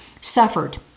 suffered